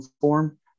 form